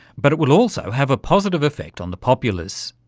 but it would also have a positive effect on the populous.